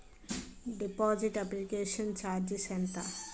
Deposit application charges ఎంత?